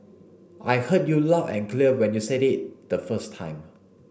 I heard you loud and clear when you said it the first time